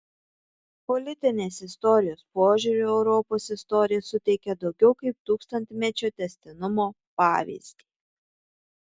politinės istorijos požiūriu europos istorija suteikia daugiau kaip tūkstantmečio tęstinumo pavyzdį